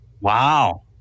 Wow